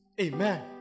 amen